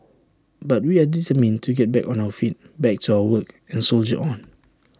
but we are determined to get back on our feet back to our work and soldier on